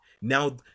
Now